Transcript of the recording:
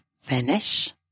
finish